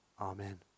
Amen